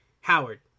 Howard